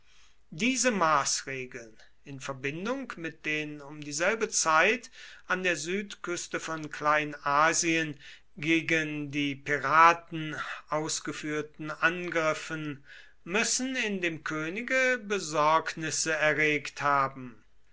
diese maßregeln in verbindung mit den um dieselbe zeit an der südküste von kleinasien gegen die piraten ausgeführten angriffen müssen in dem könige besorgnisse erregt haben